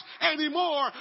anymore